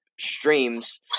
streams